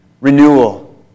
renewal